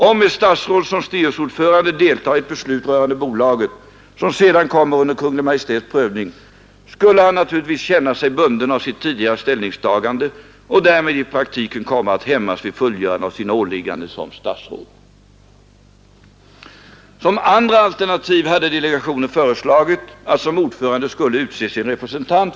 Nu åberopar han sammanträffandet och återkommer till frågan om sin tomt och mycket litet till tomtbolaget. Det kanske kan vara av ett visst intresse. Att Vilhelm Moberg är intresserad av tomtbolaget beror på att det äger en tomt, som ligger strax intill hans sommarstuga, om jag uppfattat det riktigt.